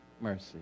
mercy